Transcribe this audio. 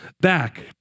back